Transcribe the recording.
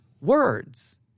words